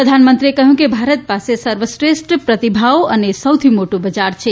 પ્રધાનમંત્રી એ કહ્યું કે ભારત પાસે સર્વશ્રેષ્ઠ પ્રતિભા અને સૌથી મોટું બજાર છે